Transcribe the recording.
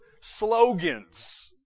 slogans